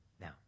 Now